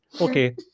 Okay